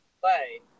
play